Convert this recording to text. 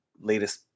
latest